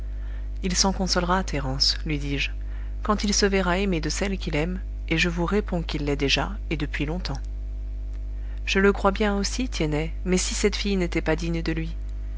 il s'en consolera thérence lui dis-je quand il se verra aimé de celle qu'il aime et je vous réponds qu'il l'est déjà et depuis longtemps je le crois bien aussi tiennet mais si cette fille n'était pas digne de lui